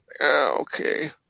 Okay